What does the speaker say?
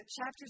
chapter